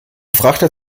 frachter